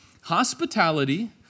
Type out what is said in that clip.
Hospitality